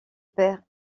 père